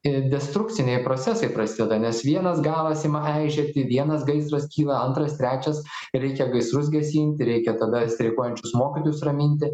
ir destrukciniai procesai prasideda nes vienas galas ima eižėti vienas gaisras kyla antras trečias reikia gaisrus gesinti reikia tada streikuojančius mokytojus raminti